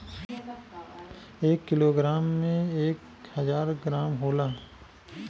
एक किलोग्राम में एक हजार ग्राम होला